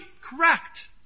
correct